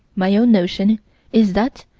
my own notion is that,